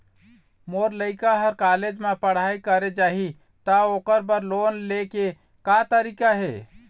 मोर लइका हर कॉलेज म पढ़ई करे जाही, त ओकर बर लोन ले के का तरीका हे?